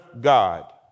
God